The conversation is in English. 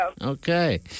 Okay